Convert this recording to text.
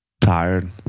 Tired